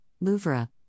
Louvre